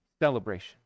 celebration